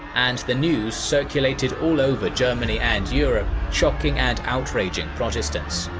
and the news circulated all over germany and europe, shocking and outraging protestants.